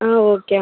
okay అమ్మా